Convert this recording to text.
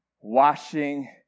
washing